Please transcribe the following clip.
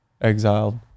Exiled